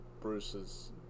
Bruce's